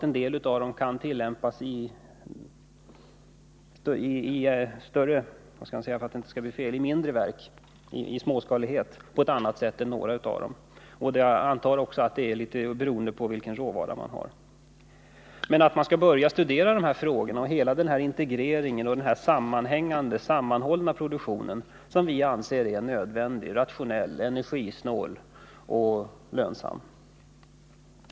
En del av dem passar kanske bättre i mindre verk än andra, bl.a. beroende på vilken råvara som används. Vi anser alltså att det är nödvändigt att studera dessa frågor, integrationen och den sammanhållna produktionen, som enligt vår mening är viktig, rationell, energisnål och lönsam.